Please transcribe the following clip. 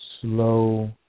slow